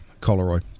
Coleroy